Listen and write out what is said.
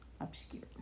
obscure